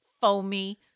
foamy